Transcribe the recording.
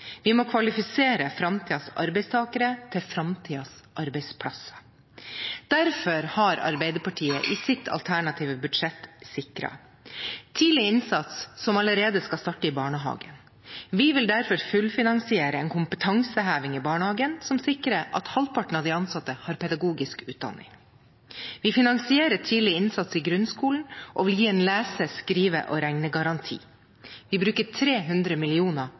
Vi må kvalifisere framtidens arbeidstakere til framtidens arbeidsplasser. Derfor har Arbeiderpartiet i sitt alternative budsjett sikret: Tidlig innsats, som allerede skal starte i barnehagen. Vi vil derfor fullfinansiere en kompetanseheving i barnehagen som sikrer at halvparten av de ansatte har pedagogisk utdanning. Vi finansierer tidlig innsats i grunnskolen og vil gi en lese-, skrive- og regnegaranti. Vi bruker 300